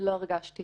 לא הרגשתי